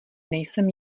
nejsem